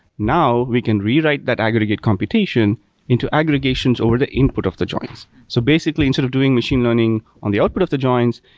now, we can rewrite that aggregate computation into aggregations over the input of the joins. so basically, instead of doing machine learning on the output of the joins,